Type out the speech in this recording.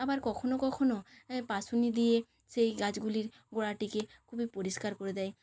আবার কখনো কখনো পাসুনি দিয়ে সেই গাছগুলির গোড়াটিকে খুবই পরিষ্কার করে দেয়